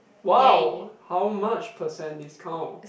wow how much percent discount